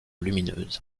lumineuse